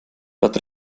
dort